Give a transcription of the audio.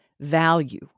value